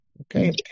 Okay